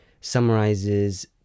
summarizes